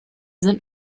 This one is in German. sind